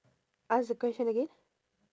ask the question again